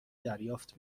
دریافت